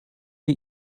wir